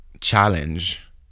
challenge